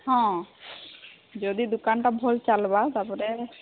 ହଁ ଯଦି ଦୁକାନଟା ଭଲ୍ ଚାଲବା ତା'ପରେ